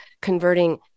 converting